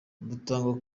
butangwa